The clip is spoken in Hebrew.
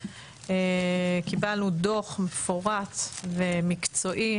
קיבלנו דו"ח מפורט ומקצועי,